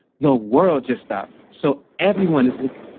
the world just stop. so everyone is looking,